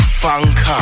funk